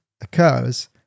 occurs